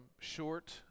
short